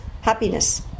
happiness